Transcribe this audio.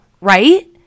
right